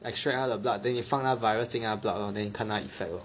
extract 他的 blood then 你放那个 virus 进他的 blood lor then 看他 effect lor